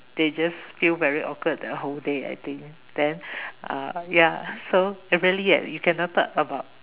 they just feel very awkward the whole day I think then uh ya so really leh you cannot talk about